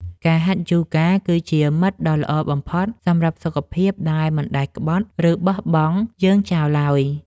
ការហាត់យូហ្គា គឺជាមិត្តដ៏ល្អបំផុតសម្រាប់សុខភាពដែលមិនដែលក្បត់ ឬបោះបង់យើងចោលឡើយ។